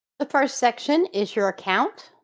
the first section is your account.